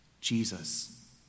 Jesus